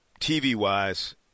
TV-wise